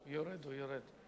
הוא יורד, הוא יורד.